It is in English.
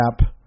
app